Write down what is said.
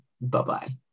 Bye-bye